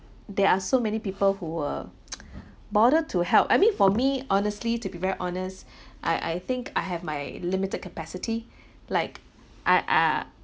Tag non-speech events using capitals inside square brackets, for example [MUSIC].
there are so many people who were [NOISE] bother to help I mean for me honestly to be very honest I I think I have my limited capacity like I ah